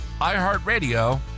iHeartRadio